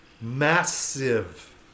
massive